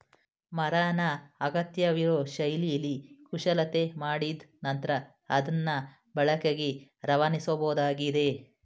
ಮರನ ಅಗತ್ಯವಿರೋ ಶೈಲಿಲಿ ಕುಶಲತೆ ಮಾಡಿದ್ ನಂತ್ರ ಅದ್ನ ಬಳಕೆಗೆ ರವಾನಿಸಬೋದಾಗಿದೆ